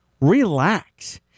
relax